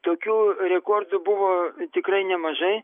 tokių rekordų buvo tikrai nemažai